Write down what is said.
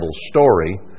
story